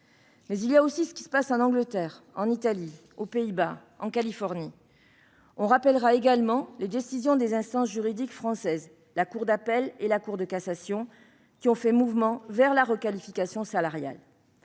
détaillerai pas ce qui se passe en Angleterre, en Italie, aux Pays-Bas, en Californie ... Je rappellerai, en revanche, les décisions des instances juridiques françaises, cours d'appel et Cour de cassation, qui ont fait mouvement vers la requalification salariale.